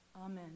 Amen